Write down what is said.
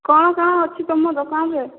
କ'ଣ କ'ଣ ଅଛି ତମ ଦୋକାନରେ